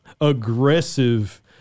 aggressive